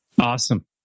Awesome